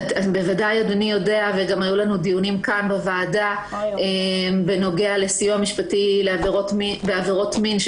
אנחנו ארגון של נפגעים ונפגעות מעבירות מין.